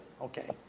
okay